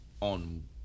On